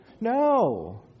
No